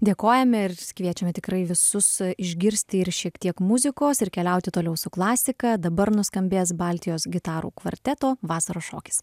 dėkojame ir kviečiame tikrai visus išgirsti ir šiek tiek muzikos ir keliauti toliau su klasika dabar nuskambės baltijos gitarų kvarteto vasaros šokis